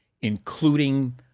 including